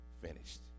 finished